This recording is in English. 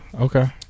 Okay